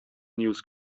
news